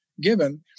given